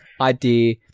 idea